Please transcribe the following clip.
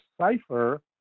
cipher